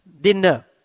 dinner